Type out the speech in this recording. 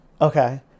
Okay